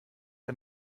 der